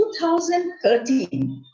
2013